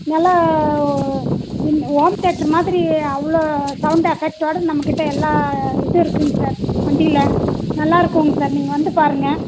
நல்லா home theatre மாதிரி அவ்வளோ சவுண்ட் எஃபெக்டோட நம்மக்கிட்ட எல்லா இதுவும் இருக்குங்க சார் வண்டியில நல்லாயிருக்குங்க சார் நீங்கள் வந்து பாருங்கள்